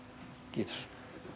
kiitos